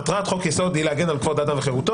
מטרת חוק-יסוד היא להגן על כבוד האדם וחירותו,